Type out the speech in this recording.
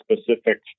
specific